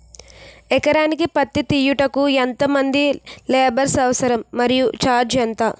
ఎకరానికి పత్తి తీయుటకు ఎంత మంది లేబర్ అవసరం? మరియు ఛార్జ్ ఎంత?